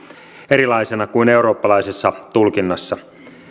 erilaisena kuin eurooppalaisessa tulkinnassa